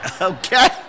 Okay